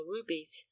rubies